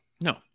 No